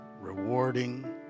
rewarding